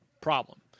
Problem